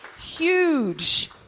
huge